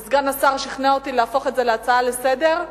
וסגן השר שכנע אותי להפוך את זה להצעה לסדר-היום,